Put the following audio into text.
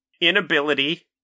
inability